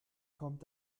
kommt